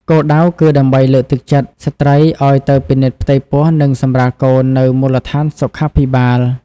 គោលដៅគឺដើម្បីលើកទឹកចិត្តស្ត្រីឱ្យទៅពិនិត្យផ្ទៃពោះនិងសម្រាលកូននៅមូលដ្ឋានសុខាភិបាល។